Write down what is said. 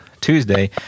Tuesday